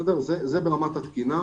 זה ברמת התקינה,